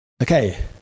Okay